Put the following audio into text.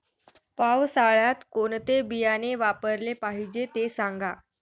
पावसाळ्यात कोणते बियाणे वापरले पाहिजे ते सांगा